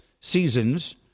seasons